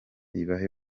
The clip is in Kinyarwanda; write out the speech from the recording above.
ibahe